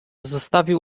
zostawił